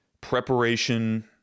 preparation